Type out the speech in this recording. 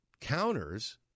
counters